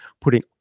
putting